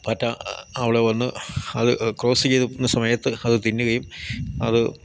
പാറ്റ അവിടെ വന്ന് അത് ക്രോസ് ചെയ്യുന്ന സമയത്ത് അത് തിന്നുകയും അത്